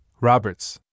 Roberts